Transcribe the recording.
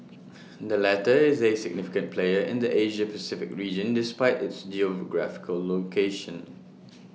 the latter is A significant player in the Asia Pacific region despite its geographical location